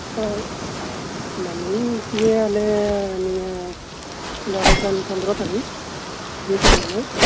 ᱦᱮᱸ ᱢᱮᱱ ᱫᱟᱹᱧ ᱤᱭᱟᱹ ᱟᱞᱮ ᱫᱟᱨᱟᱭ ᱠᱟᱱ ᱯᱚᱸᱫᱽᱨᱚ ᱛᱟᱨᱤᱠᱷ ᱱᱤᱭᱟᱹ ᱪᱟᱸᱫᱳ ᱨᱮᱭᱟᱜ